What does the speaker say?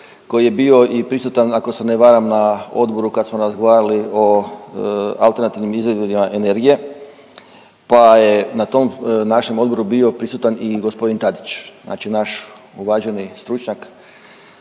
koji je bio i prisutan, ako se ne varam na odboru kad smo razgovarali o alternativnim izvorima energije pa je na tom našem odboru bio prisutan i g. Tadić, znači naš uvaženi stručnjak